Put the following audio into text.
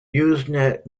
usenet